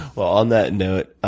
on that note,